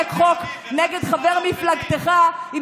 אני לא חושבת שהיית מחוקק חוק נגד חבר מפלגתך אם